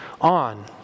on